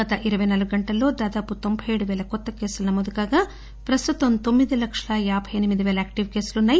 గత ఇరపై నాలుగు గంటల్లో దాదాపు తోంభై ఏడు పేల కొత్త కేసులు నమోదుకాగా ప్రస్తుతం తొమ్మిది లక్షల యాబై ఎనిమిది వేల యాక్షిప్ కేసులో ఉన్నాయి